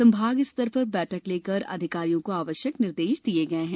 संभाग स्तर पर बैठक लेकर अधिकारियो को आवश्यक निर्देश दिये गये हैं